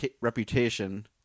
reputation